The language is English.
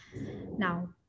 Now